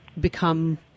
become